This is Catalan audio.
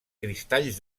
cristalls